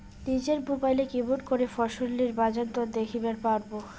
নিজের মোবাইলে কেমন করে ফসলের বাজারদর দেখিবার পারবো?